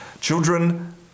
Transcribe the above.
Children